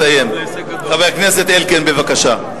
חבר הכנסת זאב אלקין, בבקשה.